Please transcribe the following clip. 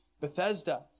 Bethesda